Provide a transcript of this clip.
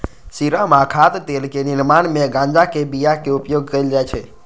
serum आ खाद्य तेलक निर्माण मे गांजाक बिया के उपयोग कैल जाइ छै